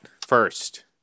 first